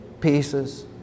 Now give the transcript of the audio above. pieces